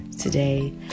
Today